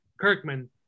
Kirkman